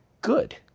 good